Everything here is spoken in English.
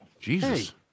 Jesus